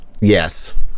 Yes